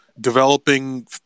developing